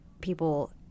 people